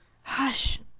hush!